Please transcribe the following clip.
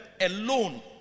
alone